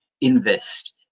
invest